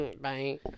Bye